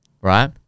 right